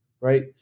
right